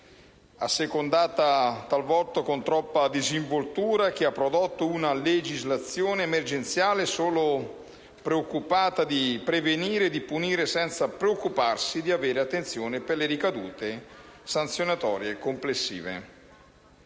assecondata talvolta con troppa disinvoltura, che ha prodotto una legislazione emergenziale, solo preoccupata di prevenire e di punire senza preoccuparsi di avere attenzione per le ricadute sanzionatorie complessive.